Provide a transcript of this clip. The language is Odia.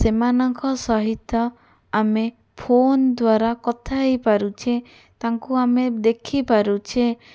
ସେମାନଙ୍କ ସହିତ ଆମେ ଫୋନ ଦ୍ୱାରା କଥା ହେଇପାରୁଛେ ତାଙ୍କୁ ଆମେ ଦେଖି ପାରୁଛେ